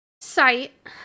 site